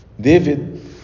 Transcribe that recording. David